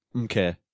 Okay